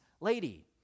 lady